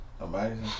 Amazing